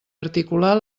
articular